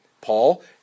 Paul